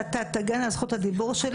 שאתה תגן על זכות הדיבור שלי,